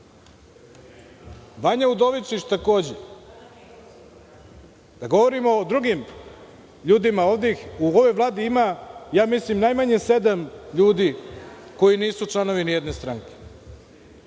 Vanja Udovičić, takođe. Govorim o drugim ljudima, ovde ih u ovoj vladi ima, mislim najmanje sedam ljudi, koji nisu članovi ni jedne stranke.